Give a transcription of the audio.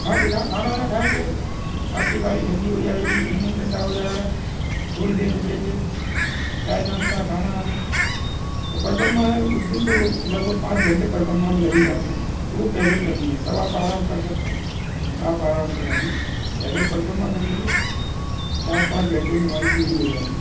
हाँ तो जहाँ खाना वाना खाएंगे आप की गाड़ी ठंडी हो जाएगी इंजन ठंडा हो जाएगा थोड़ी देर रुकेंगे चाय नाश्ता खाना आना वो परिक्रमा है उस दिन तो वो लगभग पाँच घंटे परिक्रमा में लग ही जाते हैं तो वो पैदल करनी है तब आप आराम कर सकते हैं आप आराम करें हम पैदल परिक्रमा कर लेंगे चार पाँच घंटे में हमारी पूरी हो जाएगी